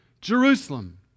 Jerusalem